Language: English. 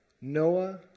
Noah